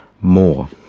more